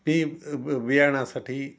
मी ब बियाणासाठी